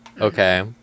Okay